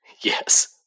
yes